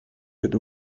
with